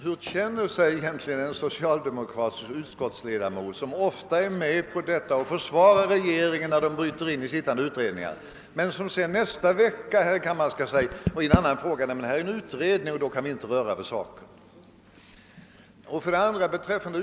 Hur känner sig en socialdemokratisk utskottsledamot, som ofta är med på att försvara regeringen, när den föregriper sittande utredningars arbete, men en följande vecka här i kammaren skall i en annan fråga framföra argumentet att riksdagen inte bör röra vid saken, därför att det pågår en utredning?